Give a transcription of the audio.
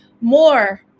more